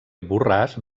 borràs